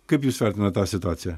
kaip jūs vertinat tą situaciją